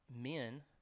men